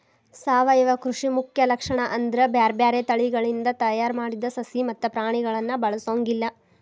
ಸಾವಯವ ಕೃಷಿ ಮುಖ್ಯ ಲಕ್ಷಣ ಅಂದ್ರ ಬ್ಯಾರ್ಬ್ಯಾರೇ ತಳಿಗಳಿಂದ ತಯಾರ್ ಮಾಡಿದ ಸಸಿ ಮತ್ತ ಪ್ರಾಣಿಗಳನ್ನ ಬಳಸೊಂಗಿಲ್ಲ